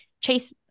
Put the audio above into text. Chase